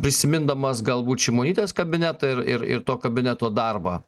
prisimindamas galbūt šimonytės kabinetą ir ir ir to kabineto darbą